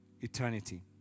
Eternity